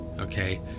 okay